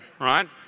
right